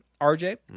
RJ